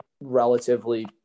relatively